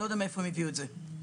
אני לא יודע מאיפה הם הביאו אותם.